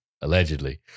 allegedly